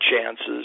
chances